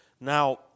Now